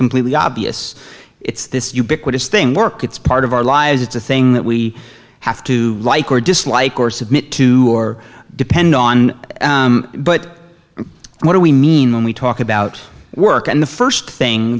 completely obvious it's this ubiquitous thing work it's part of our lives it's a thing that we have to like or dislike or submit to or depend on but what do we mean when we talk about work and the st thing